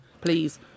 please